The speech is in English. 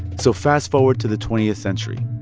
so fast-forward to the twentieth century.